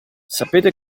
sapete